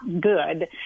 good